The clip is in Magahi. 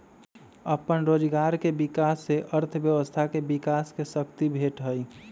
अप्पन रोजगार के विकास से अर्थव्यवस्था के विकास के शक्ती भेटहइ